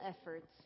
efforts